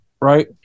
Right